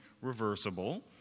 reversible